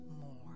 more